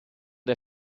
der